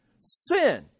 Sin